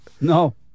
No